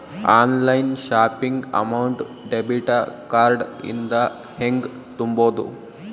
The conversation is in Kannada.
Online shopping amount debit card ಇಂದ ಹೆಂಗ್ ತುಂಬೊದು?